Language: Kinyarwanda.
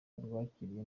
rwakiriye